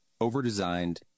over-designed